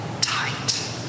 tight